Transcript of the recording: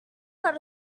let